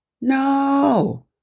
No